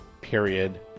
Period